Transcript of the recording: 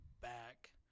back